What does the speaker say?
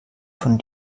von